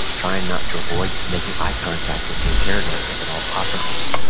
trying not, to avoid making eye contact with the interrogator if at all possible.